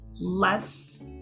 less